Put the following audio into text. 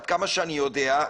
עד כמה שאני יודע,